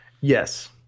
Yes